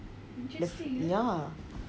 but ya